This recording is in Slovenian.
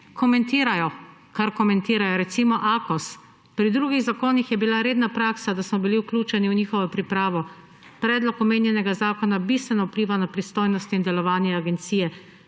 komentirajo, kar komentirajo, recimo Akos. »Pri drugih zakonih je bila redna praksa, da smo bili vključeni v njihovo pripravo. Predlog omenjenega zakona bistveno vpliva na pristojnosti in delovanje agencije,